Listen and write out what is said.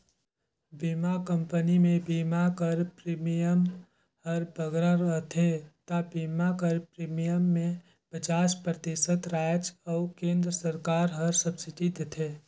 बीमा कंपनी में बीमा कर प्रीमियम हर बगरा रहथे ता बीमा कर प्रीमियम में पचास परतिसत राएज अउ केन्द्र सरकार हर सब्सिडी देथे